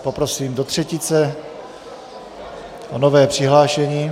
Poprosím vás do třetice o nové přihlášení.